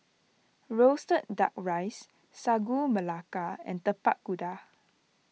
Roasted Duck Rice Sagu Melaka and Tapak Kuda